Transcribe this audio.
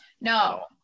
No